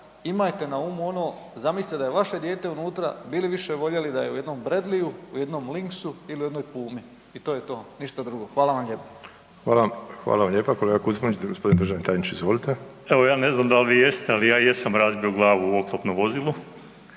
imajte na umu ono, zamislite da je vaše dijete unutra, bi li više voljeli da je u jednom Bradleyju, u jednom Linksu ili u jednom Pumi. I to je to, ništa drugo. Hvala vam lijepa. **Ostojić, Rajko (SDP)** Hvala lijepa g. Kuzmanić. G. državni tajniče, izvolite. **Jakop, Zdravko** Evo ja ne znam da li vi jeste ali ja jesam razbio glavu u oklopnom vozilu